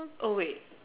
wait